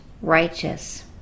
righteous